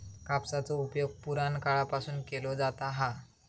कापसाचो उपयोग पुराणकाळापासून केलो जाता हा